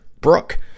Brooke